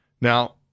Now